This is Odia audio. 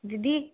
ଦିଦି